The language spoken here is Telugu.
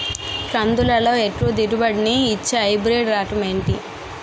కందుల లో ఎక్కువ దిగుబడి ని ఇచ్చే హైబ్రిడ్ రకం ఏంటి?